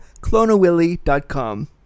Clonawilly.com